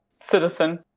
Citizen